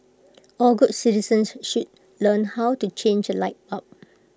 all good citizens should learn how to change A light bulb